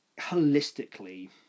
holistically